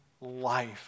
life